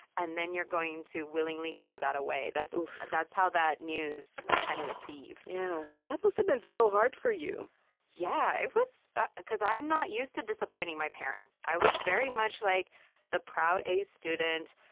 and then you're going to willingly throw that away. that's and that's how that news was kind of received yeah that must've been so hard for you yeah, ah because i'm not used to disappointing my parents. i was very much like the proud a student,